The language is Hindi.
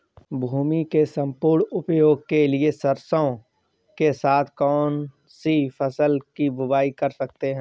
भूमि के सम्पूर्ण उपयोग के लिए सरसो के साथ कौन सी फसल की बुआई कर सकते हैं?